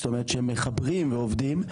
שמחברים ועובדים,